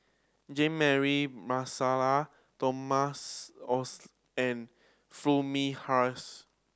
Jean Mary Marsala Thomas Foo Mee Har